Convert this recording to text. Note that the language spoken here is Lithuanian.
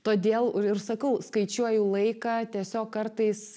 todėl ir sakau skaičiuoju laiką tiesiog kartais